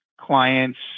clients